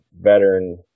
veteran